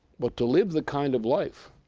but to live the kind of life,